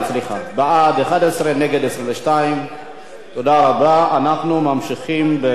אנחנו ממשיכים בסדר-היום: